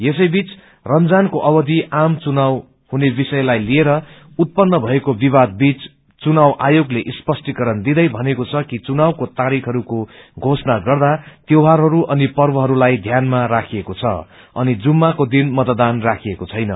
यसैबीच रामजानको अवधि आम घुनाव हुने विषयलाई सिएर उपन्न भएको विवाद बीच घुनाव आयोगले स्पष्टीकरण दिँदै भनेको छ कि चुनावको तारीखहरूको चोषणा गर्दा स्पोडारहरू अनि पर्वहरूलाई ध्यानमा राखिएको छ अनि जुम्माको दिन मतदान राखिएको छैन